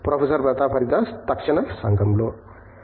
professor Pratap Haridas తక్షణ సంఘంలో